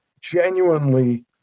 genuinely